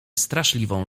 straszliwą